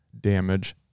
damage